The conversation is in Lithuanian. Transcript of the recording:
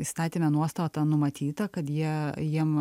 įstatyme nuostata numatyta kad jie jiem